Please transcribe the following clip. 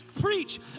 preach